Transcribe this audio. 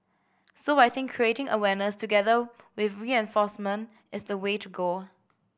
so I think creating awareness together with reenforcement is the way to go